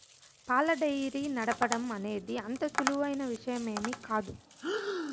పాల డెయిరీ నడపటం అనేది అంత సులువైన విషయమేమీ కాదు